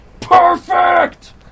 PERFECT